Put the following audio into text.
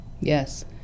yes